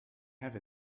have